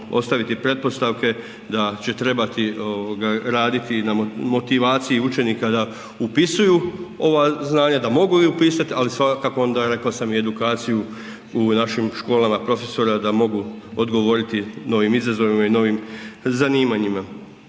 ostaviti pretpostavke da će trebati raditi na motivaciji učenika da upisuju ova znanja, da mogu upisati, ali svakako onda, rekao sam i edukaciju u našim školama, profesora da mogu odgovoriti novim izazovima i novim zanimanjima.